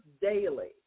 daily